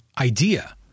idea